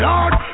Lord